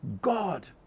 God